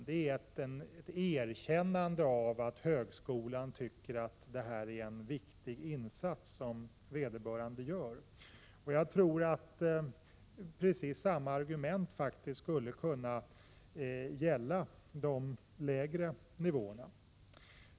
Det är ett erkännande av att högskolan tycker att det är en viktig insats som vederbörande gör. Precis samma argument skulle kunna gälla de lägre nivåerna.